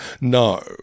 No